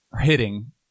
hitting